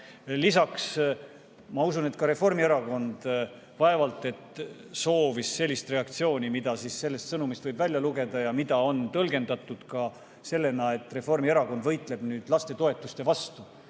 Lisaks, ma usun, et ka Reformierakond vaevalt et soovis sellist reaktsiooni, mida sellest sõnumist võib välja lugeda ja mida on tõlgendatud ka sellena, et Reformierakond võitleb nüüd lastetoetuste vastu